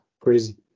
crazy